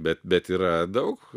bet bet yra daug